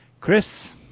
chris